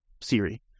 Siri